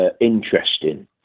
interesting